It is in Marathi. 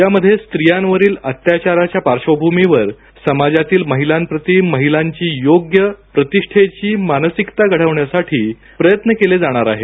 यामध्ये रित्रयांवरील अत्याचाराच्या पार्श्वभूमीवर समाजातील महिलांप्रती विद्यार्थ्यांची योग्य प्रतिष्ठेची मानसिकता घडवण्यासाठी प्रयत्न केले जाणार आहेत